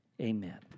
amen